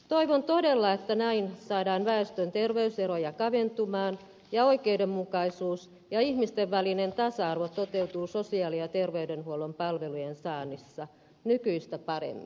toivon todella että näin saadaan väestön terveyseroja kaventumaan ja oikeudenmukaisuus ja ihmisten välinen tasa arvo toteutuu sosiaali ja terveydenhuollon palvelujen saannissa nykyistä paremmin